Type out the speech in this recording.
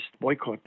boycott